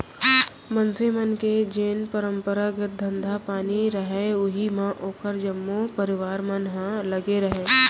मनसे मन के जेन परपंरागत धंधा पानी रहय उही म ओखर जम्मो परवार मन ह लगे रहय